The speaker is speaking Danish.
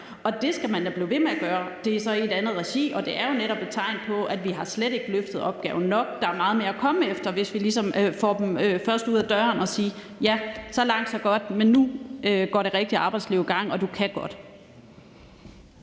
Og det skal man da blive ved med at gøre. Det er så i et andet regi, og det er netop et tegn på, at vi slet ikke har løftet opgaven nok. Der er meget mere at komme efter, hvis vi ligesom først får dem ud ad døren og siger: Ja, så langt, så godt, men nu går det rigtige arbejdsliv i gang, og du kan godt.